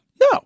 No